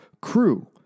crew